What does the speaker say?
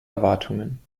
erwartungen